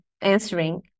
answering